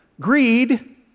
greed